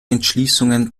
entschließungen